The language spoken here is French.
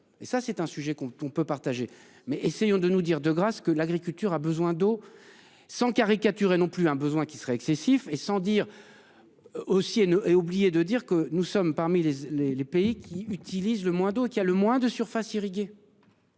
et ça c'est un sujet qu'on peut partager mais essayons de nous dire de grâce que l'agriculture a besoin d'eau. Sans caricaturer non plus un besoin qui serait excessif et sans dire. Aussi et ne, et oublié de dire que nous sommes parmi les les les pays qui utilise le moins d'eau qui a le moins de surfaces irriguées.